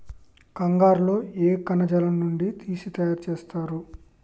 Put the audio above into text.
కంగారు లో ఏ కణజాలం నుండి తీసి తయారు చేస్తారు?